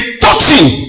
touching